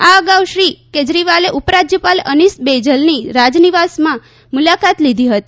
આ અગાઉ શ્રી કેજરીવાલે ઉપરાજયપાલ અનિસ બૈજલની રાજનિવાસમાં મુલાકાત લીધી હતી